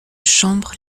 chambre